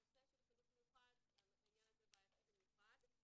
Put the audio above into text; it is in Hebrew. בנושא של חינוך מיוחד העניין הזה בעייתי במיוחד.